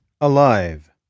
alive